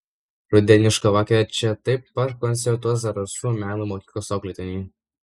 rudenišką vakarą čia taip pat koncertuos zarasų meno mokyklos auklėtiniai